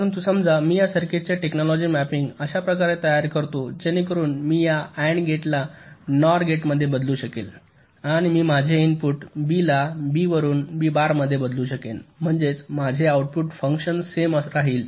परंतु समजा मी या सर्किटचे टेक्नोलॉजी मॅपिंग अशा प्रकारे तयार करतो जेणेकरून मी या अँड गेटला नॉर गेटमध्ये बदलू शकेन आणि मी माझे इनपुट बीला बी वरून ब बारमध्ये बदलू शकेन म्हणजे माझे आउटपुट फंक्शन सेम राहील